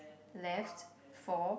left four